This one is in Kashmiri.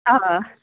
آ